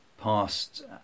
past